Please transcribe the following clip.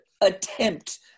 attempt